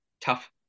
tough